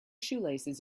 shoelaces